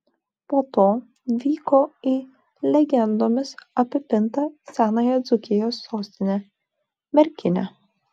po to vyko į legendomis apipintą senąją dzūkijos sostinę merkinę